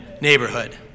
neighborhood